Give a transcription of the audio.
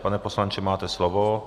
Pane poslanče, máte slovo.